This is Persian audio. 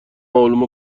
علوم